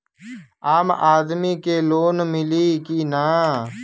आम आदमी के लोन मिली कि ना?